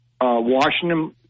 Washington